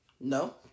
No